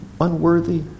unworthy